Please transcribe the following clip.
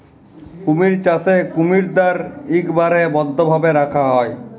কুমির চাষে কুমিরদ্যার ইকবারে বদ্ধভাবে রাখা হ্যয়